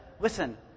listen